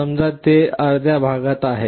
समजा ते अर्ध्या भागात आहे